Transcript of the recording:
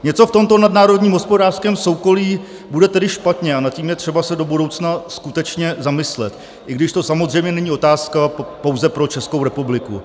Něco v tomto nadnárodním hospodářském soukolí bude tedy špatně a nad tím je třeba se do budoucna skutečně zamyslet, i když to samozřejmě není otázka pouze pro Českou republiku.